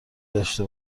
داشته